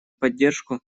поддержку